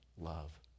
love